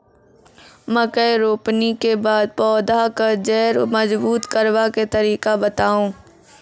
मकय रोपनी के बाद पौधाक जैर मजबूत करबा के तरीका बताऊ?